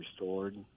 restored